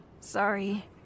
sorry